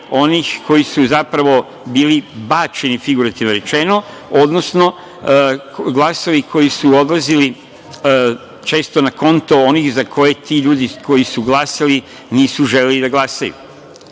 onih koji su zapravo bili bačeni, figurativno rečeno, odnosno glasovi koji su odlazili često na konto onih za koje ti ljudi koji su glasali nisu želeli da glasaju,